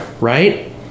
right